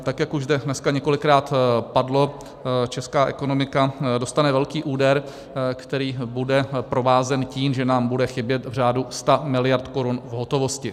Tak jak už zde několikrát padlo, česká ekonomika dostane velký úder, který bude provázen tím, že nám bude chybět v řádu sta miliard korun v hotovosti.